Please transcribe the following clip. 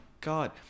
god